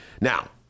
Now